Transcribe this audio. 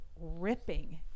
ripping